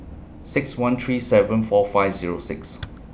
six one three seven four five Zero six